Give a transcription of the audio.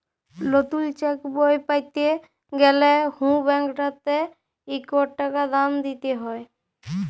লতুল চ্যাকবই প্যাতে গ্যালে হুঁ ব্যাংকটতে ইকট টাকা দাম দিতে হ্যয়